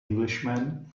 englishman